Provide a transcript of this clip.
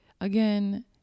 again